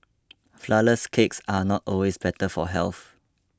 Flourless Cakes are not always better for health